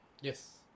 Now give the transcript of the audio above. Yes